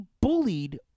bullied